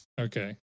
Okay